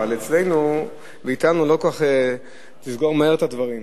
אבל אתנו לא כל כך מהר תסגור את הדברים.